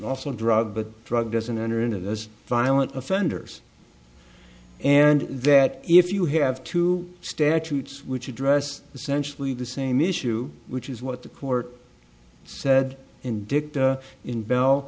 also drug but drug doesn't enter into those violent offenders and that if you have two statutes which address essentially the same issue which is what the court said in dicta in bell